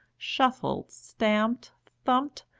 shuffled, stamped, thumped,